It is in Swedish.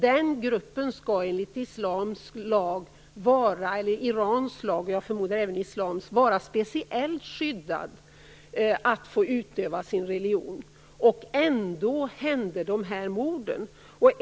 Den gruppen skall enligt iransk och jag förmodar även islamsk lag ha ett speciellt skydd att få utöva sin religion. Ändå begicks de här morden.